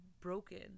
broken